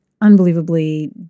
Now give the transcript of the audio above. unbelievably